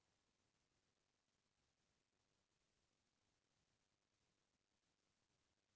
खेती किसानी बूता बर आजकाल किसम किसम के मसीन आ गए हे